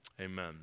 amen